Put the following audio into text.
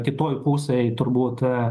kitoj pusėj turbūt